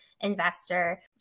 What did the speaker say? investor